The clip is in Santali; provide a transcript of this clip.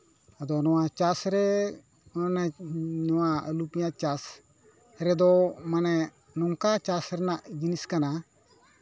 ᱟᱫᱚ ᱱᱚᱣᱟ ᱪᱟᱥᱨᱮ ᱢᱟᱱᱮ ᱱᱚᱣᱟ ᱟᱹᱞᱩ ᱯᱮᱸᱭᱟᱡᱽ ᱪᱟᱥ ᱨᱮᱫᱚ ᱢᱟᱱᱮ ᱱᱚᱝᱠᱟ ᱪᱟᱥ ᱨᱮᱱᱟᱜ ᱡᱤᱱᱤᱥ ᱠᱟᱱᱟ